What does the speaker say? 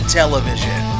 television